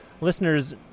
listeners